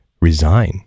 resign